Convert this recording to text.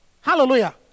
Hallelujah